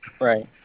Right